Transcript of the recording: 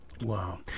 Wow